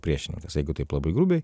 priešininkas jeigu taip labai grubiai